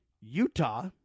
Utah